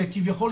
שכביכול,